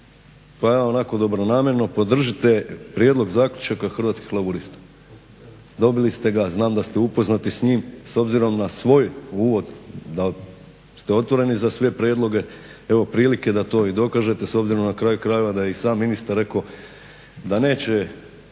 pa evo onako dobronamjerno podržite prijedlog zaključaka Hrvatskih laburista. Dobili ste ga, znam da ste upoznati s njim. S obzirom na svoj uvod da ste otvoreni za sve prijedloge evo prilike da to i dokažete s obzirom na kraju krajeva da je i sam ministar rekao da neće